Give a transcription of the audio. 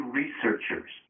researchers